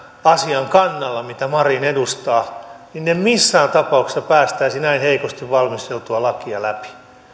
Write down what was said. asian kannalla mitä marin edustaa niin en missään tapauksessa päästäisi näin heikosti valmisteltua lakia läpi